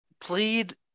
plead